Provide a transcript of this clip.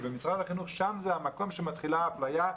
כי במשרד החינוך הוא המקום שמתחילה האפליה,